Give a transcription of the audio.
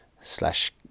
slash